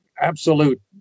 absolute